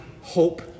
hope